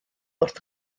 wrth